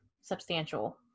substantial